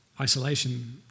Isolation